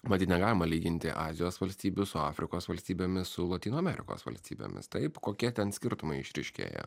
matyt negalima lyginti azijos valstybių su afrikos valstybėmis su lotynų amerikos valstybėmis taip kokie ten skirtumai išryškėja